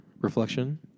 reflection